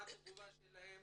מה התגובה שלהם?